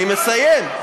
אני מסיים.